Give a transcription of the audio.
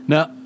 Now